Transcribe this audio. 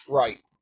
right